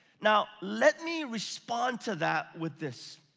now let me respond to that with this.